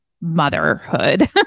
motherhood